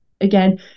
again